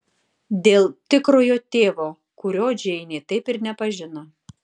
dėl tikrojo tėvo kurio džeinė taip ir nepažino